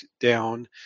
down